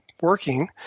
working